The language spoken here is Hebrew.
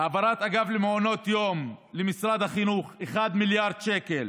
העברת אגף למעונות יום למשרד החינוך, מיליארד שקל,